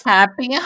Happy